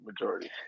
majority